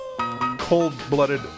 Cold-blooded